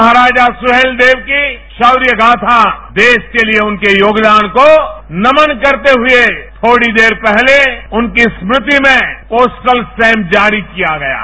महाराजा सुहेल देव की सौर्य गाथा देश के लिए उनके योगदान को नमन करते हुए थोड़ी देर पहले उनकी स्मृति में पोस्टल स्टैंप जारी किया गया है